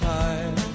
time